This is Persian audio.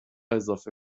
اضافه